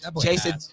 Jason